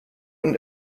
und